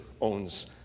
owns